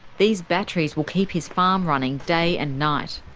these batteries will keep his farm running day and night.